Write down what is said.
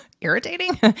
irritating